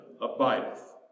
abideth